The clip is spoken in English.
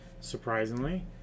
surprisingly